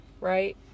right